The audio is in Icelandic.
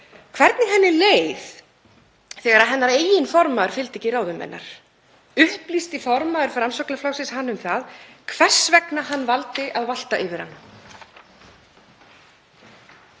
hvernig henni leið þegar hennar eigin formaður fylgdi ekki ráðum hennar. Upplýsti formaður Framsóknarflokksins hann um það hvers vegna hann valdi að valta yfir hana?